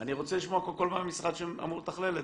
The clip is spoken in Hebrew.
אני רוצה לשמוע את המשרד שאמור לתכלל את